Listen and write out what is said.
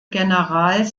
general